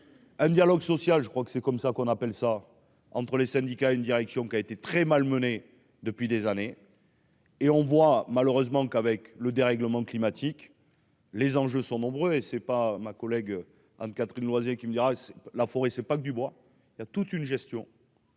un dialogue social, je crois que c'est comme ça qu'on appelle ça entre les syndicats et une direction qui a été très malmenée depuis des années. Et on voit malheureusement qu'avec le dérèglement climatique. Les enjeux sont nombreux et c'est pas ma collègue Anne-Catherine Loisier qui me dira la forêt c'est pas que Dubois il y a toute une gestion.